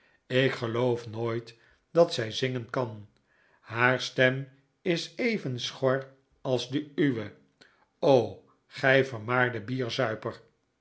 ik geloof nooit dat zij zingen kan haar stem is even schor als de uwe o gij vermaarde bierzuiper